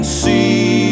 see